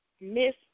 Miss